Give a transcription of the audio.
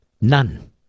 None